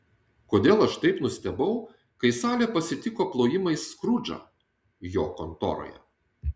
kodėl aš taip nustebau kai salė pasitiko plojimais skrudžą jo kontoroje